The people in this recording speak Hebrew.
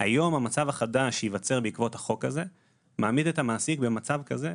היום המצב החדש שייווצר בעקבות החוק הזה מעמיד את המעסיק במצב כזה,